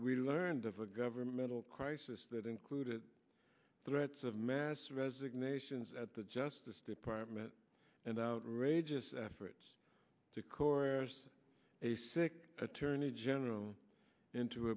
we learned of a governmental crisis that included threats of mass resignations at the justice department and outrageous efforts to core basic attorney general into